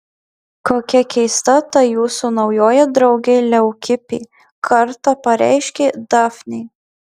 kokia keista ta jūsų naujoji draugė leukipė kartą pareiškė dafnei